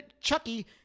Chucky